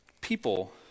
people